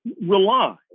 rely